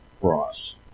cross